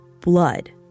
Blood